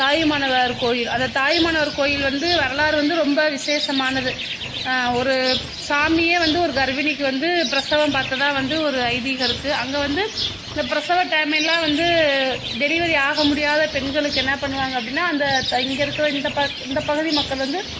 தாயுமானவர் கோயில் அந்தத் தாயுமானவர் கோயில் வந்து வரலாறு வந்து ரொம்ப விசேஷமானது ஒரு சாமியே வந்து ஒரு கர்ப்பிணிக்கு வந்து ப்ரசவம் பார்த்ததா வந்து ஒரு ஐதீகம் இருக்குது அங்கே வந்து இந்தப் ப்ரசவ டைமெல்லாம் வந்து டெலிவரி ஆக முடியாத பெண்களுக்கு என்ன பண்ணுவாங்க அப்படின்னா அந்த இங்கே இருக்கிற இந்த ப இந்தப் பகுதி மக்கள் வந்து